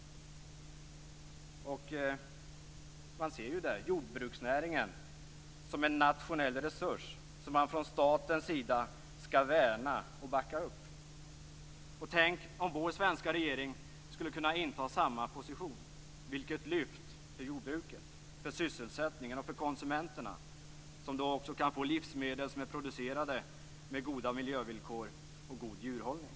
Där ser man jordbruksnäringen som en nationell resurs som man från statens sida skall värna om och backa upp. Tänk om vår svenska regering skulle kunna inta samma position. Vilket lyft det vore för jordbruket, sysselsättningen och konsumenterna, som då också skulle kunna få livsmedel som är producerade med goda miljövillkor och god djurhållning.